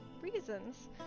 reasons